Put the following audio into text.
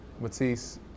Matisse